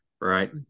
right